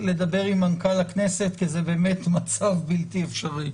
לדבר עם מנכ"ל הכנסת כי זה באמת מצב בלתי אפשרי.